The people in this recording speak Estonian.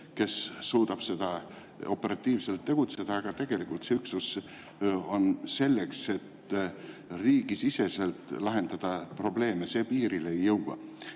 kes suudab operatiivselt tegutseda, aga tegelikult see üksus on selleks, et riigisiseselt lahendada probleeme. See piirile ei jõua.